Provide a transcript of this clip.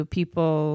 people